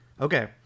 Okay